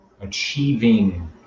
achieving